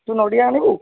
ତୁ ନଡ଼ିଆ ଆଣିବୁ